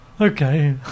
Okay